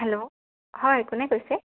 hello হয় কোনে কৈছে